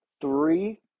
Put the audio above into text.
three